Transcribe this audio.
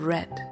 Red